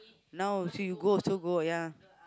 now see you go also go ya